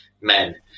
men